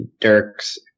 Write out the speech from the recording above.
Dirk's